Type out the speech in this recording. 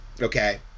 okay